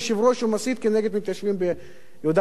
הוא מסית כנגד מתיישבים ביהודה ושומרון,